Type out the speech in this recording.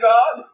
God